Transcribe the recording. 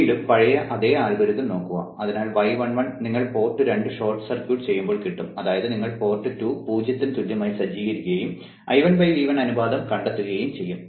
വീണ്ടും പഴയ അതേ അൽഗോരിതം നോക്കുക അതിനാൽ y11 നിങ്ങൾ പോർട്ട് 2 ഷോർട്ട് ചെയ്യുമ്പോൾ കിട്ടും അതായത് നിങ്ങൾ പോർട്ട് 2 0 ന് തുല്യമായി സജ്ജീകരിക്കുകയും I1V1 അനുപാതം കണ്ടെത്തുകയും ചെയ്യും